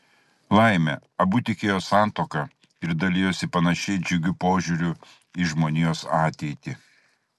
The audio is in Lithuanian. laimė abu tikėjo santuoka ir dalijosi panašiai džiugiu požiūriu į žmonijos ateitį